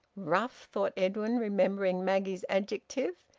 rough! thought edwin, remembering maggie's adjective.